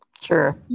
sure